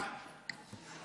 נחמן,